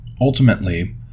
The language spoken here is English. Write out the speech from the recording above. Ultimately